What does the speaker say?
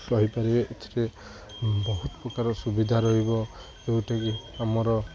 ରହିପାରିବେ ଏଥିରେ ବହୁତ ପ୍ରକାର ସୁବିଧା ରହିବ ଯେଉଁଟାକି ଆମର